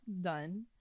done